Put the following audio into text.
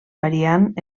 variant